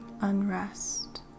unrest